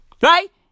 Right